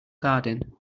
garden